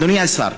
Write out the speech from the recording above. אדוני השר,